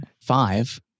five